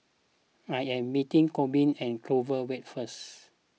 I am meeting Corbin at Clover Way first